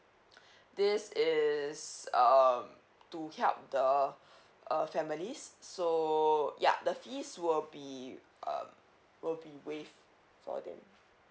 this is um to help the uh families so yup the fees will be um will be waived for them